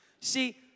See